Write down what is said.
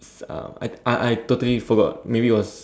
uh I I I totally forgot maybe it was